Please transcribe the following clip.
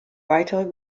weitere